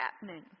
happening